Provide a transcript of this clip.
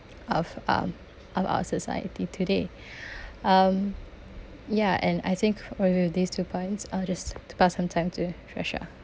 of um of our society today um ya and I think with these two points I'll just to pass on time to tresha